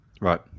right